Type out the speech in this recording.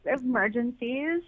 Emergencies